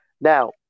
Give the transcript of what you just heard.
Now